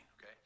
okay